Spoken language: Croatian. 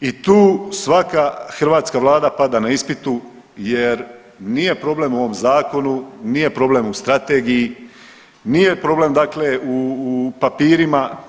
I tu svaka hrvatska Vlada pada na ispitu jer nije problem u ovom zakonu, nije problem u strategiji, nije problem, dakle u papirima.